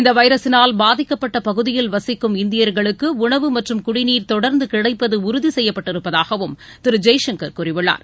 இந்த வைரஸினால் பாதிக்கப்பட்ட பகுதியில் வசிக்கும் இந்தியர்களுக்கு உணவு மற்றும் குடிநீர் தொடர்ந்து கிடைப்பது உறுதி செய்யப்பட்டிருப்பதாகவும் திரு ஜெய்சங்கர் கூறியுள்ளார்